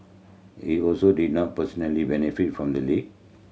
he also did not personally benefit from the leak